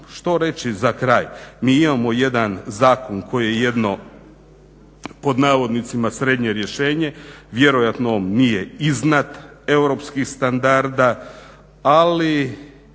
što reći za kraj? Mi imamo jedan zakon koji je jedno pod navodnicima srednje rješenje, vjerojatno on nije iznad europskih standarda, ali